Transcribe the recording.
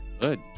Good